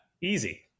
easy